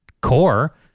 core